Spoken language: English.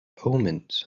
omens